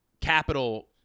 capital